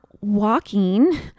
walking